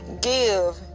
give